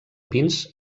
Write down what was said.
pins